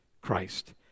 Christ